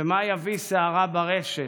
ומה יביא סערה ברשת,